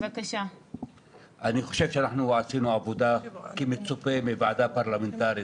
אני חושב שאנחנו עשינו עבודה כמצופה מוועדה פרלמנטרית,